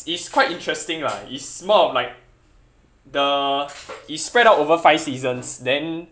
it's quite interesting lah it's more of like the it's spread out over five seasons then